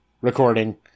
recording